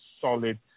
solid